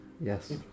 Yes